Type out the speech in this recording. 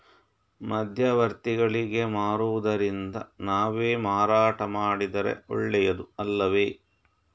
ಮಧ್ಯವರ್ತಿಗಳಿಗೆ ಮಾರುವುದಿಂದ ನಾವೇ ಮಾರಾಟ ಮಾಡಿದರೆ ಒಳ್ಳೆಯದು ಅಲ್ಲವೇ?